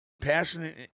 Passionate